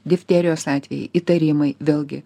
difterijos atvejai įtarimai vėlgi